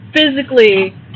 physically